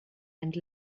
and